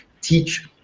teach